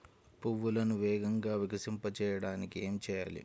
పువ్వులను వేగంగా వికసింపచేయటానికి ఏమి చేయాలి?